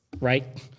right